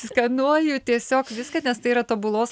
skanuoju tiesiog viską nes tai yra tobulos